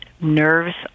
nerves